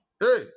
Hey